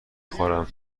خورم